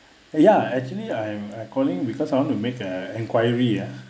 ya actually I'm I'm calling because I want to make the enquiry uh